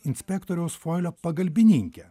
inspektoriaus foilio pagalbininkę